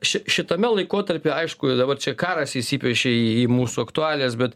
ši šitame laikotarpyje aišku dabar čia karas įsipiešė į mūsų aktualijas bet